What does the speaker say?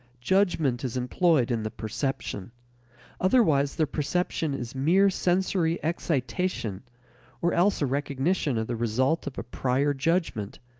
judgment is employed in the perception otherwise the perception is mere sensory excitation or else a recognition of the result of a prior judgment,